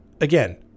again